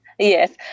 Yes